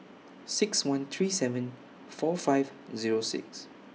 six one three seven four five Zero six